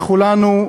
לכולנו,